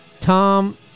Tom